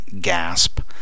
gasp